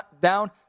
down